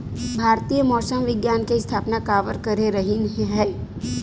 भारती मौसम विज्ञान के स्थापना काबर करे रहीन है?